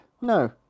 No